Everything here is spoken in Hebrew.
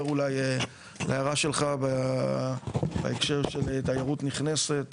אולי להערה שלך בהקשר של תיירות נכנסת,